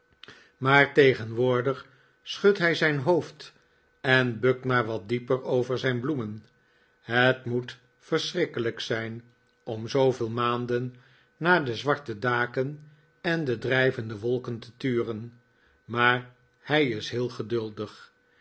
maar tegenwoordig schudt hij zijn hoofd en bukt maar wat dieper over zijn bloemen het moet verschrikkelijk zijn om zooveel maanden naar de zwarte daken en de drijvende wolken te turen maar hij is heel geduldig